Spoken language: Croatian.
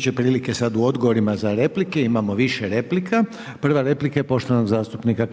će prilike sada u odgovorima za replike. Imamo više replika. Prva replika je poštovanog zastupnika